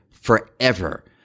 forever